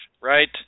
right